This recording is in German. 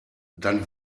dann